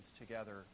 together